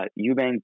Eubank